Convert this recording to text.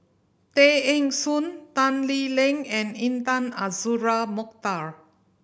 Tay Eng Soon Tan Lee Leng and Intan Azura Mokhtar